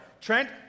Trent